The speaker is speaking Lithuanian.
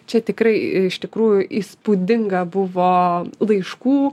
čia tikrai iš tikrųjų įspūdinga buvo laiškų